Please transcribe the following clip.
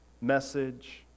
message